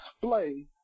display